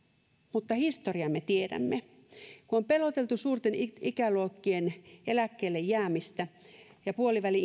mutta historian me tiedämme on peloteltu suurten ikäluokkien eläkkeelle jäämisellä ja puoliväli